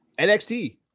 nxt